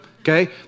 okay